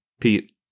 Pete